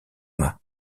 mâts